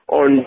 on